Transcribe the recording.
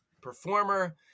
performer